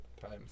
times